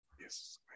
Yes